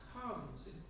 comes